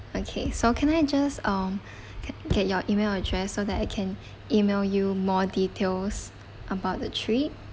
okay so can I just um get get your E-mail address so that I can E-mail you more details about the trip